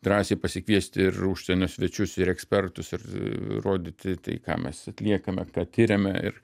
drąsiai pasikviesti ir užsienio svečius ir ekspertus ir rodyti tai ką mes atliekame ką tiriame ir